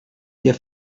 der